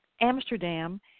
Amsterdam